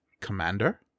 Commander